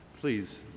Please